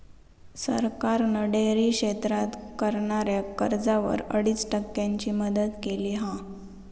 सरकारान डेअरी क्षेत्रात करणाऱ्याक कर्जावर अडीच टक्क्यांची मदत केली हा